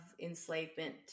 enslavement